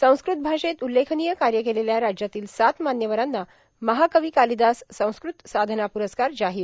संस्कृत भाषेत उल्लेखनीय काय केलेल्या राज्यातील सात मान्यवरांना महाकवी काालदास संस्कृत साधना प्रस्कार जाहोर